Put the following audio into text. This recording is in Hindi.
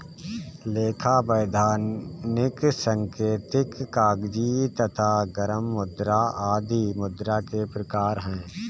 लेखा, वैधानिक, सांकेतिक, कागजी तथा गर्म मुद्रा आदि मुद्रा के प्रकार हैं